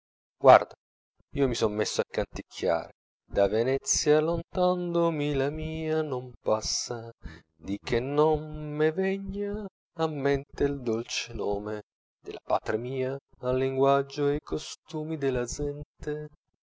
guarda io mi son messo a canticchiare de venezia lontan do mila mia no passa dì che no me vegna a mente el dolce nome de la patria mia el linguagio e i costumi de la zente